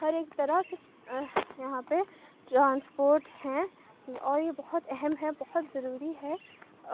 ہر ایک طرح کے یہاں پہ ٹرانسپورٹ ہیں اور یہ بہت اہم ہیں بہت ضروری ہے